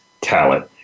talent